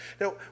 Now